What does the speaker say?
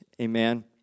Amen